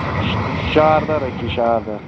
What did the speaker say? شاردھا کِنۍ شاردھا